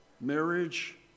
Marriage